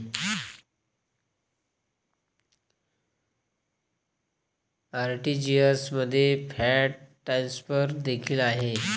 RTGS मध्ये fund transfer देखील आहेत